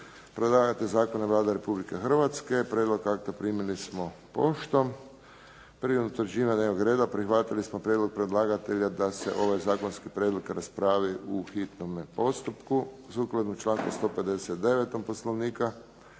Predlagatelj zakona je Vlada Republike Hrvatske. Prijedlog akta primili smo poštom. Prilikom utvrđivanja dnevnog reda prihvatili smo prijedlog predlagatelja da se ovaj zakonski prijedlog raspravi u hitnome postupku. Sukladno članku 159. Poslovnika